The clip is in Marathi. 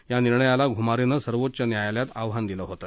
या निर्णयाला घ्मारेनं सर्वोच्च न्यायालयात आव्हान दिलं होतं